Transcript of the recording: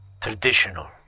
traditional